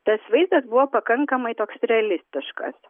tas vaizdas buvo pakankamai toks realistiškas